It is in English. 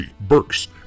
Burks